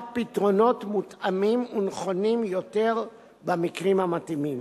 פתרונות מותאמים ונכונים יותר במקרים המתאימים.